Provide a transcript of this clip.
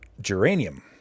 geranium